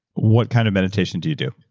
what kind of meditation do you do?